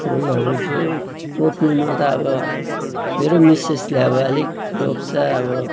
फुलहरू जो रोप्नुमा त अब मेरो मिसेसले अब आलिक रोप्छ अब